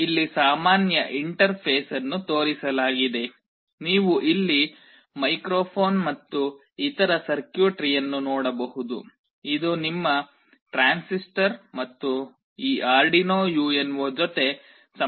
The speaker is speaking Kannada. ಇಲ್ಲಿ ಸಾಮಾನ್ಯ ಇಂಟರ್ಫೇಸ್ ಅನ್ನು ತೋರಿಸಲಾಗಿದೆ ನೀವು ಇಲ್ಲಿ ಮೈಕ್ರೊಫೋನ್ ಮತ್ತು ಇತರ ಸರ್ಕ್ಯೂಟ್ರಿಯನ್ನು ನೋಡಬಹುದು ಇದು ನಿಮ್ಮ ಟ್ರಾನ್ಸಿಸ್ಟರ್ ಮತ್ತು ನೀವು ಈ ಆರ್ರ್ಡಿನೊ ಯುಎನ್ಒ ಜೊತೆ ಸಂಪರ್ಕವನ್ನು ಮಾಡಿದ್ದೀರಿ